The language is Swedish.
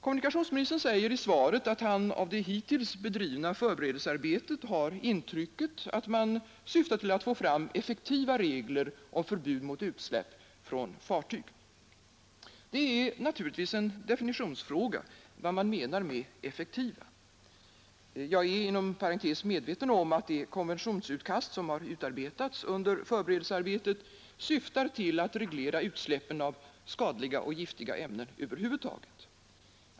Kommunikationsministern säger i svaret att han av det hittills bedrivna förberedelsearbetet har intrycket att man syftar till att få fram effektiva regler om förbud mot utsläpp från fartyg. Det är naturligtvis en definitionsfråga vad man menar med ”effektiva”. Jag är, inom parentes sagt, medveten om att det konventionsutkast som har utarbetats under förberedelsearbetet syftar till att reglera utsläppen av skadliga och giftiga ämnen över huvud taget.